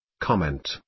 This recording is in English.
Comment